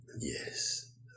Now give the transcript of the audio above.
yes